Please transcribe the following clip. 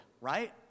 right